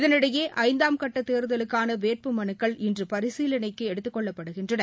இதனிடையே ஐந்தாம் கட்ட தேர்தலுக்கான வேட்பு மனுக்கள் இன்று பரிசீலனைக்கு எடுத்துக் கொள்ளப்படுகின்றன